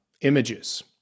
images